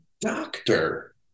doctor